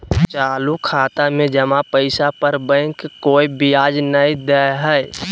चालू खाता में जमा पैसा पर बैंक कोय ब्याज नय दे हइ